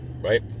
right